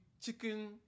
chicken